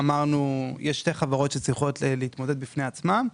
יש שתי חברות שצריכות להתמודד בפני עצמן,